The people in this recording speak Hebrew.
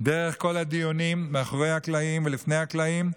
דרך כל הדיונים מאחורי הקלעים ולפני הקלעים.